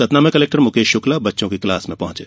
सतना में कलेक्टर मुकेश शुक्ला बच्चों की क्लास में पहुंचें